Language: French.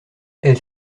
elle